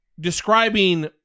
describing